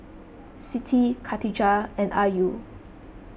Siti Katijah and Ayu